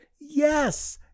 Yes